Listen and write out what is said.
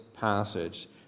passage